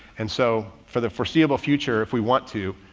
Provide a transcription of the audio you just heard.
and so for the foreseeable future, if we want to,